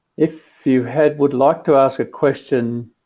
if you had would like to ask a question